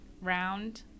round